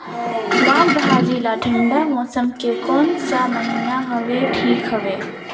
लालभाजी ला ठंडा मौसम के कोन सा महीन हवे ठीक हवे?